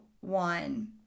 one